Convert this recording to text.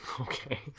Okay